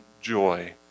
joy